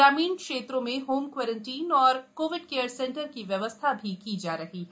ग्रामीण क्षेत्रों में होम क्वॉरेंटाइन और कोविड केयर सेंटर की व्यवस्था भी की जा रही है